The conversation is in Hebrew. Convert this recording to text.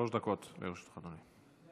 שלוש דקות לרשות אדוני.